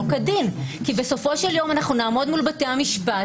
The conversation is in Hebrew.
כדין" כי בסופו של יום אנחנו נעמוד מול בתי המשפט